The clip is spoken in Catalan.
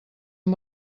amb